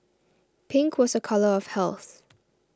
pink was a colour of health